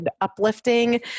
uplifting